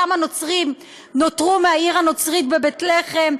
כמה נוצרים נותרו מהעיר הנוצרית בית-לחם,